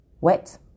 wet